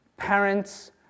Parents